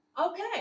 Okay